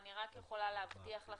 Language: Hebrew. אני רק יכולה להבטיח לכם,